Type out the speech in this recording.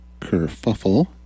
kerfuffle